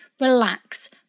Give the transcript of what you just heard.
relax